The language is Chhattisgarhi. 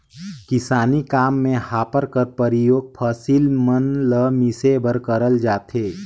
किसानी काम मे हापर कर परियोग फसिल मन ल मिसे बर करल जाथे